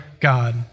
God